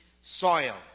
soil